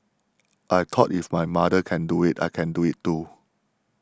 I thought if my mother can do it I can do it too